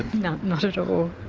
not not at all.